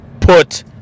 put